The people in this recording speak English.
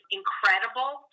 incredible